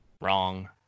Wrong